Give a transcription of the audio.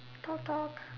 talk talk